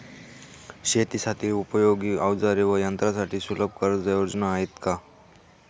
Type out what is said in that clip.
शेतीसाठी उपयोगी औजारे व यंत्रासाठी सुलभ कर्जयोजना आहेत का?